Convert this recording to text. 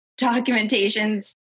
documentations